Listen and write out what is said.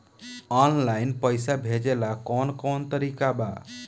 Online पइसा भेजेला कवन कवन तरीका बा?